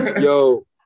yo